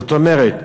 זאת אומרת,